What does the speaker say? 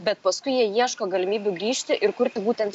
bet paskui jie ieško galimybių grįžti ir kurti būtent